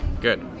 Good